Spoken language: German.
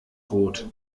rot